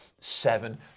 seven